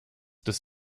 des